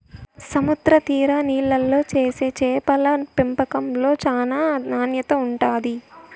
సముద్ర తీర నీళ్ళల్లో చేసే చేపల పెంపకంలో చానా నాణ్యత ఉంటాది